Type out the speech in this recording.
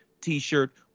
t-shirt